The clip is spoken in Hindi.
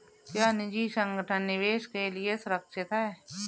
क्या निजी संगठन निवेश के लिए सुरक्षित हैं?